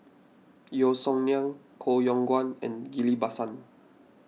Yeo Song Nian Koh Yong Guan and Ghillie Basan